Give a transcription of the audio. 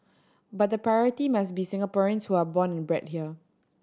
but the priority must be Singaporeans who are born and bred here